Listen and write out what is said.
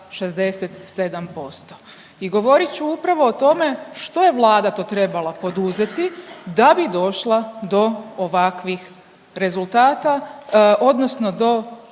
67%. I govorit ću upravo o tome što je Vlada to trebala poduzeti da bi došla do ovakvih rezultata odnosno do